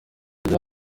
rya